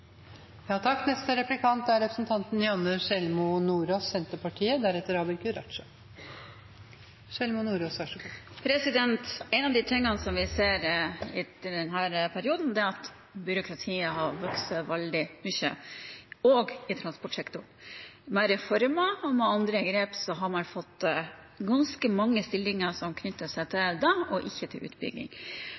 av det vi ser etter denne perioden, er at byråkratiet har vokst veldig – også i transportsektoren. Ved reformer og andre grep har man fått ganske mange stillinger som knytter seg til det, og ikke til utbygging.